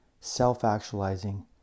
self-actualizing